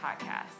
podcast